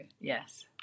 yes